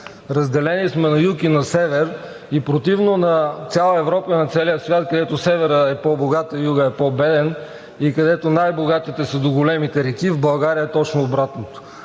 Разделени сме на Юг и на Север и противно на цяла Европа и на целия свят, където Севера е по-богат, а Юга е по-беден и където най-богатите са до големите реки, а в България е точно обратното.